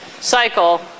cycle